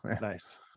Nice